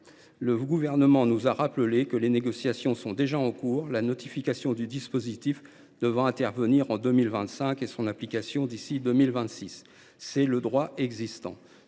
Le Gouvernement nous a rappelé que les négociations étaient déjà en cours, la notification du dispositif devant intervenir en 2025 et son application d’ici à 2026. Tel est le droit existant.